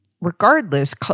regardless